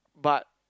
but